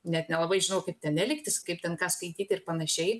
net nelabai žinau kaip ten elgtis kaip ten ką skaityti ir panašiai